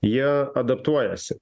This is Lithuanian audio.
jie adaptuojasi